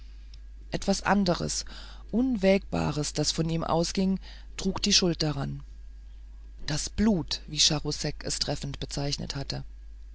etwas anderes unwägbares das von ihm ausging trug die schuld daran das blut wie charousek es treffend bezeichnet hatte